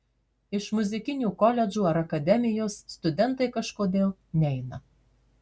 iš muzikinių koledžų ar akademijos studentai kažkodėl neina